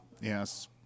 Yes